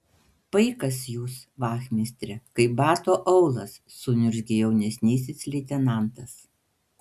paikas jūs vachmistre kaip bato aulas suniurzgė jaunesnysis leitenantas